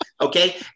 okay